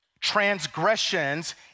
Transgressions